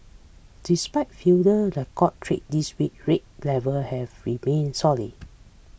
despite fewer trades this week rate level have remained solid